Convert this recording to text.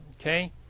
Okay